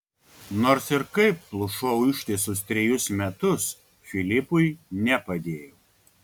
nors ir kaip plušau ištisus trejus metus filipui nepadėjau